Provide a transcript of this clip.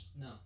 no